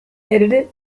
edited